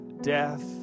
death